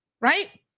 right